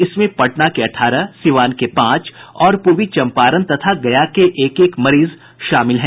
इसमें पटना के अठारह सीवान के पांच और पूर्वी चंपारण तथा गया के एक एक मरीज शामिल हैं